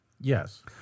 Yes